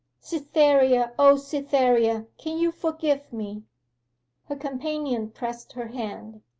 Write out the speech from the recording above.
cytherea o cytherea, can you forgive me her companion pressed her hand.